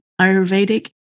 Ayurvedic